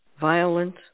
violent